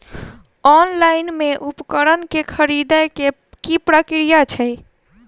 Online मे उपकरण केँ खरीदय केँ की प्रक्रिया छै?